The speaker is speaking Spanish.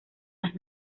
las